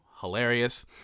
hilarious